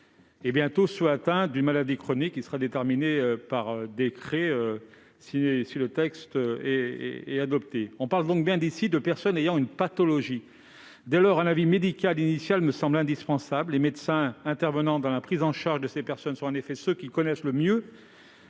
et bientôt ceux atteints d'une maladie chronique figurant sur une liste déterminée par décret, si le présent texte est adopté. On parle donc bien de personnes ayant une pathologie. Dès lors, un avis médical initial me semble indispensable : les médecins intervenant dans la prise en charge de ces personnes sont en effet ceux qui connaissent le mieux